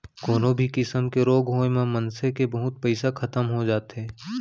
कोनो भी किसम के रोग होय म मनसे के बहुत पइसा खतम हो जाथे